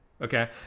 Okay